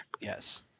Yes